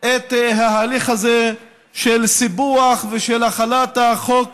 את ההליך הזה של סיפוח ושל החלת החוק